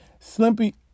Slimpy